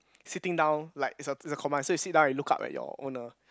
sitting down like it's a it's a command so you sit down and you look up at your own uh